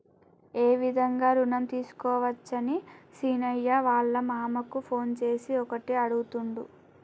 ఏ విధంగా రుణం తీసుకోవచ్చని సీనయ్య వాళ్ళ మామ కు ఫోన్ చేసి ఒకటే అడుగుతుండు